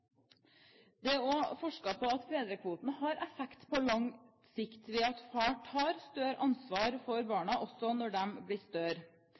Det er også forsket på at fedrekvoten har effekt på lang sikt ved at far tar større ansvar for barna også når de blir